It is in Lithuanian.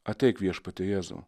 ateik viešpatie jėzau